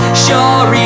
sure